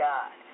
God